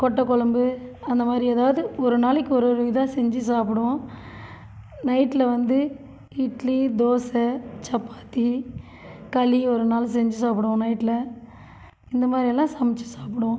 கொட்டை குழம்பு அந்த மாதிரி ஏதாவது ஒரு நாளைக்கு ஒரு ஒரு இதாக செஞ்சு சாப்பிடுவோம் நைட்ல வந்து இட்லி தோசை சப்பாத்தி களி ஒரு நாள் செஞ்சு சாப்பிடுவோம் நைட்ல இந்த மாதிரி எல்லாம் சமைச்சு சாப்பிடுவோம்